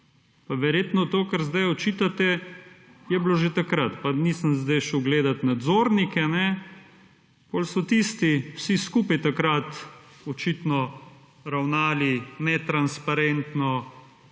Verjetno to, kar sedaj očitate je bilo že takrat pa nisem šel sedaj gledati nadzornike, potem so tisti vsi skupaj takrat očitno ravnali netransparentno